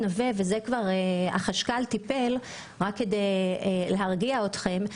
נווה החשכ"ל כבר טיפל בזה אבל רק כדי להרגיע אתכם,